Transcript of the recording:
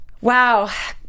Wow